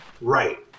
right